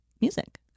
music